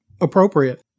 appropriate